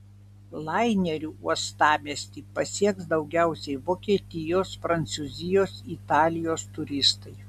laineriu uostamiestį pasieks daugiausiai vokietijos prancūzijos italijos turistai